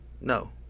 No